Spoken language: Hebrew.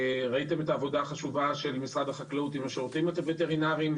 ראיתם את העבודה החשובה של משרד החקלאות עם השירותים הווטרינריים,